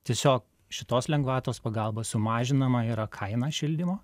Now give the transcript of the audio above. tiesiog šitos lengvatos pagalba sumažinama yra kaina šildymo